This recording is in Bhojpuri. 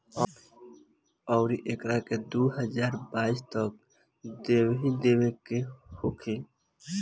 अउरु एकरा के दू हज़ार बाईस तक ले देइयो देवे के होखी